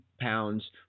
pounds